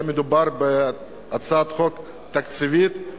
אם היה מדובר בהצעת חוק תקציבית,